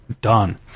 done